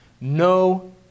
No